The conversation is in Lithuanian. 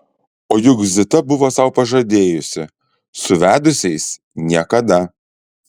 o juk zita buvo sau pažadėjusi su vedusiais niekada